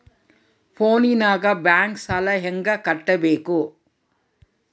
ಫೋನಿನಾಗ ಬ್ಯಾಂಕ್ ಸಾಲ ಹೆಂಗ ಕಟ್ಟಬೇಕು?